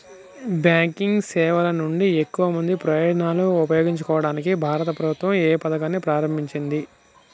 Banking సేవల నుండి ఎక్కువ మంది ప్రజలను ఉపయోగించుకోవడానికి భారత ప్రభుత్వం ఏ పథకాన్ని ప్రారంభించింది?